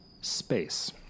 space